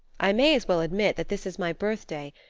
i may as well admit that this is my birthday,